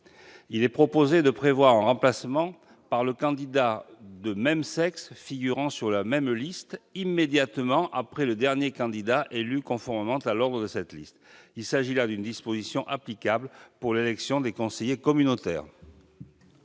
il est proposé de prévoir un remplacement par le candidat de même sexe figurant sur la même liste immédiatement après le dernier candidat élu, conformément à l'ordre de cette liste. Il s'agit là d'une disposition déjà applicable pour l'élection des conseillers communautaires.